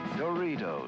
Doritos